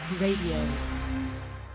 Radio